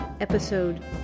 Episode